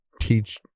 teach